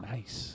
Nice